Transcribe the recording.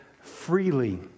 freely